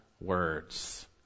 words